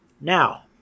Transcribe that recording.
Now